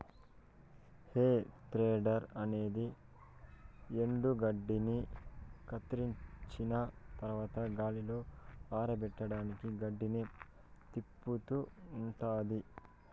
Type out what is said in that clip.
హే tedder అనేది ఎండుగడ్డిని కత్తిరించిన తరవాత గాలిలో ఆరపెట్టడానికి గడ్డిని తిప్పుతూ ఉంటాది